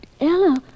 Ella